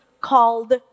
called